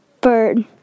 Bird